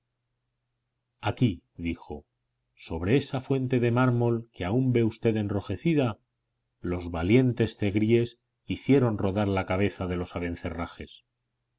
aquí dijo sobre esa fuente de mármol que aún ve usted enrojecida los valientes zegríes hicieron rodar la cabeza de los